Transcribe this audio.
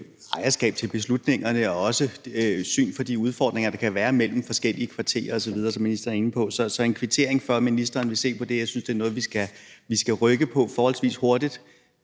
ejerskab til beslutningerne og et syn for de udfordringer, der kan være for de forskellige kvarterer osv., som ministeren er inde på. Så en kvittering for, at ministeren vil se på det. Jeg synes, det er noget, vi skal rykke på forholdsvis hurtigt,